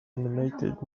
animated